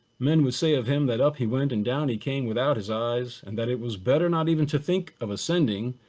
men would say of him that up he went and down he came without his eyes. and that it was better not even to think of ascending.